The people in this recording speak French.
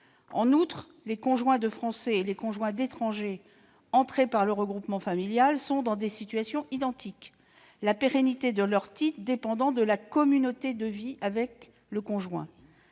En outre, les conjoints de Français et les conjoints d'étranger entrés en France par regroupement familial se trouvent dans des situations identiques, la pérennité de leur titre dépendant dans les deux cas de la communauté de vie avec leur conjoint.